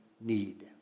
need